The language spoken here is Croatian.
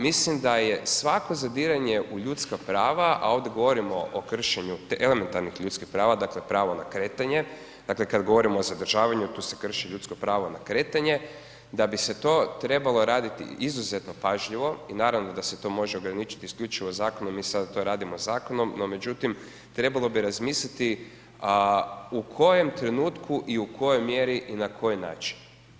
Mislim da je svako zadiranje u ljudska prava a ovdje govorim o kršenju tih elementarnih ljudskih prava dakle pravo na kretanje, dakle kad govorimo o zadržavanju, tu se krši ljudsko pravo na kretanje, da bi se to trebalo raditi izuzetno pažljivo i naravno da se to može ograničiti isključivo zakonom i sada to radimo zakonom no međutim, trebalo bi razmisliti u kojem trenutku i u kojoj mjeri i na koji način.